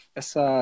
essa